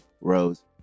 Rose